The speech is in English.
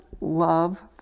love